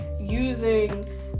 using